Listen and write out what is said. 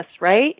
Right